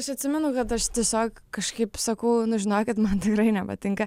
aš atsimenu kad aš tiesiog kažkaip sakau nu žinokit man tikrai nepatinka